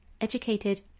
educated